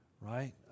right